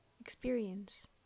experience